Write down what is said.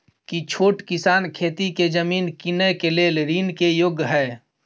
की छोट किसान खेती के जमीन कीनय के लेल ऋण के योग्य हय?